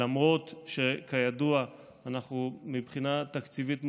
למרות שאנחנו מוגבלים מאוד מבחינה תקציבית,